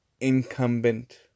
incumbent